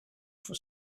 for